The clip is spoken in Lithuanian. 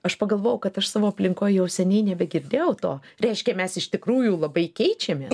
aš pagalvojau kad aš savo aplinkoj jau seniai nebegirdėjau to reiškia mes iš tikrųjų labai keičiamės